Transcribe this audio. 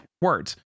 words